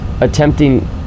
attempting